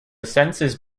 census